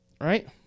right